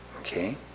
Okay